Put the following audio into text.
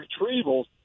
retrievals